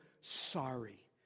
sorry